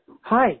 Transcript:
Hi